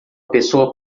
pessoa